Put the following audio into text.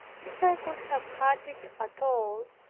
if i could have had it at all,